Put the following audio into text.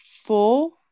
four